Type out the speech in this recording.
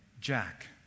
Jack